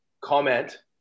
comment